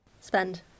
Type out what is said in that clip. Spend